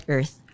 Earth